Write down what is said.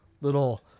little